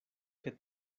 que